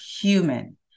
human